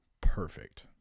Perfect